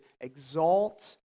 exalt